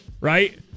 right